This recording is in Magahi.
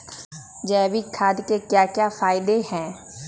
जैविक खाद के क्या क्या फायदे हैं?